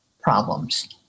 problems